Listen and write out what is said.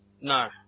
no